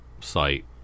site